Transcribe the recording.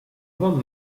bon